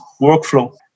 workflow